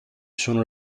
sono